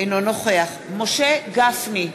אינו נוכח משה גפני,